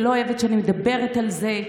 היא לא אוהבת שאני מדברת על זה.